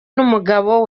n’umugabo